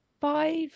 five